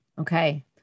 Okay